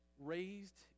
raised